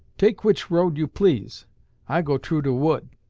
take which road you please i go troo de wood